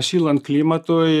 šylant klimatui